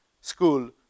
school